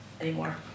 anymore